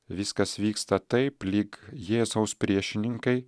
viskas vyksta taip lyg jėzaus priešininkai